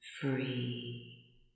free